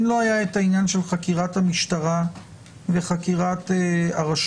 אם לא היה את העניין של חקירת המשטרה וחקירת הרשות,